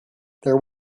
there